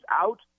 out